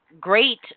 great